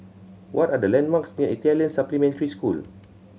what are the landmarks near Italian Supplementary School